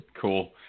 Cool